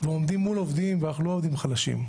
מול עובדים ואנחנו לא עובדים חלשים,